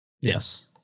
Yes